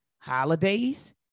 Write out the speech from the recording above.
holidays